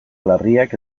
larriak